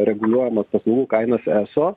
reguliuojamas paslaugų kainas eso